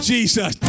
Jesus